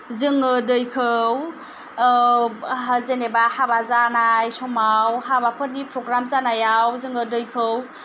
जोङो दैखौ जेनेबा हाबा जानाय समाव हाबाफोरनि प्रग्राम जानायाव जोङो दैखौ